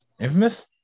infamous